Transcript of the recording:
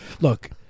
Look